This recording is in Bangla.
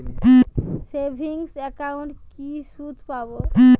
সেভিংস একাউন্টে কি সুদ পাব?